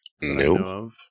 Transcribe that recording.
No